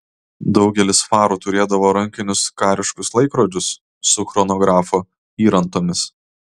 daugelis farų turėdavo rankinius kariškus laikrodžius su chronografo įrantomis